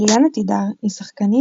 אליאנה תדהר היא שחקנית,